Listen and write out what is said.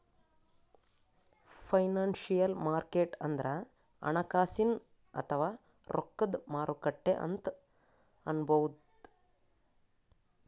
financial market ಅಂದ್ರ ಹಣಕಾಸಿನ್ ಅಥವಾ ರೊಕ್ಕದ್ ಮಾರುಕಟ್ಟೆ ಅಂತ್ ಅನ್ಬಹುದ್